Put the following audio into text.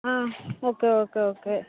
ah okay okay okay